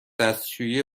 دستشویی